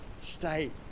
state